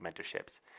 mentorships